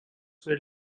were